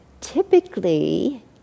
typically